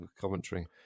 commentary